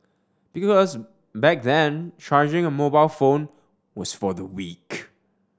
because back then charging a mobile phone was for the weak